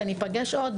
וניפגש עוד,